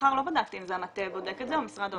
השכר לא בדקתי אם זה המטה בודק את זה או משרד האוצר.